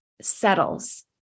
settles